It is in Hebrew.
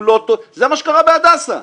זה מה שקרה בהדסה.